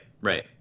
right